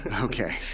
Okay